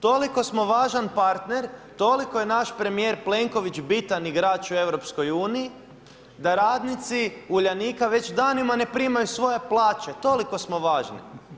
Toliko smo važan partner, toliko je naš premijer Plenković bitan igrač u EU da radnici Uljanika već danima ne primaju svoje plaće, toliko smo važni.